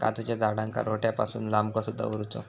काजूच्या झाडांका रोट्या पासून लांब कसो दवरूचो?